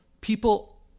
people